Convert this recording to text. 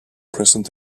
present